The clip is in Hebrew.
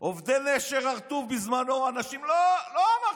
עובדי נשר הר-טוב בזמנו, אנשים, לא אמרתם.